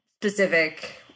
specific